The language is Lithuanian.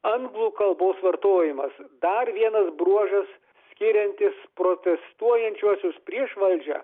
anglų kalbos vartojimas dar vienas bruožas skiriantis protestuojančiuosius prieš valdžią